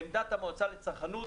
לעמדת המועצה לצרכנות,